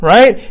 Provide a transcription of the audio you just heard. Right